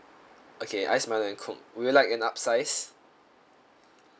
okay ice milo and coke would you like an upsize